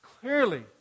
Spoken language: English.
clearly